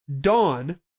Dawn